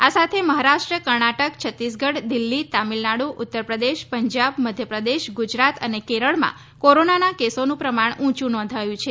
આ સાથે મહારાષ્ટ્ર કર્ણાટક છત્તીસગઢ દિલ્હી તામિલનાડુ ઉત્તર પ્રદેશ પંજાબ મધ્યપ્રદેશ ગુજરાત અને કેરળમાં કોરોનાના કેસોનું પ્રમાણ ઊંચું નોંધાયું છે